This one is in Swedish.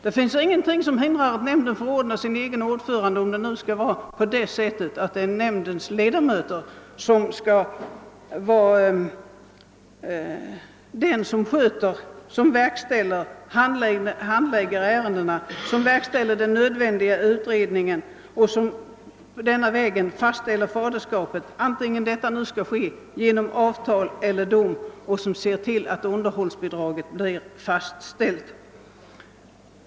Det finns ingenting som hindrar att nämnden förordnar sin egen ordförande, om det anses att någon av nämndens ledamöter skall handlägga ärendet, verkställa den nödvändiga utredningen genom att fastställa faderskapet, antingen detta nu skall ske genom avtal eller genom dom, och se till att underhållsbidraget blir fastställt.